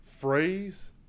phrase